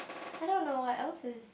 I don't know what else is